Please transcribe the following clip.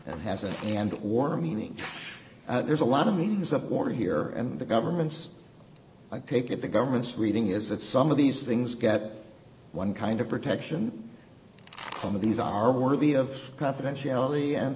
it has a and or meaning there's a lot of meanings of war here and the government's i take it the government's reading is that some of these things get one kind of protection from of these are worthy of confidentiality and